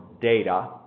data